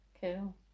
Cool